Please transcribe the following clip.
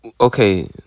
okay